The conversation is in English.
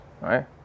right